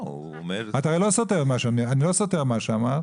אני לא סותר את מה שאמרת.